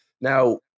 now